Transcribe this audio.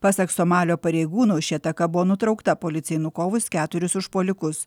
pasak somalio pareigūnų ši ataka buvo nutraukta policijai nukovus keturis užpuolikus